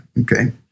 Okay